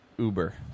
Uber